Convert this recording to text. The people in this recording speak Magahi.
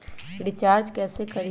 रिचाज कैसे करीब?